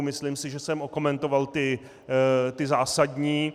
Myslím si, že jsem okomentoval ty zásadní.